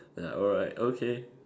ya alright okay